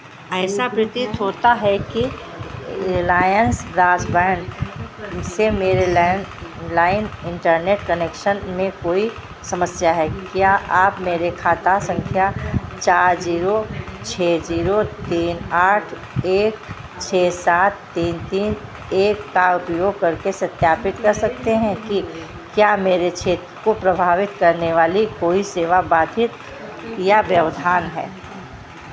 ऐसा प्रतीत होता है कि रिलायंस ब्रासबैंड से मेरे लैंडलाइन इंटरनेट कनेक्शन में कोई समस्या है क्या आप मेरे खाता संख्या चार जीरो छः जीरो तीन आठ एक छः सात तीन तीन एक का उपयोग करके सत्यापित कर सकते हैं कि क्या मेरे क्षेत्र को प्रभावित करने वाली कोई सेवा बाधित या व्यवधान है